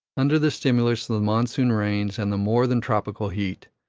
under the stimulus of the monsoon rains and the more than tropical heat,